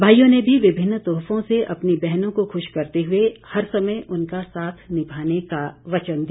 भाईयों ने भी विभिन्न तोहफों से अपनी बहनों को खुश करते हुए हर समय उनका साथ निभाने का वचन दिया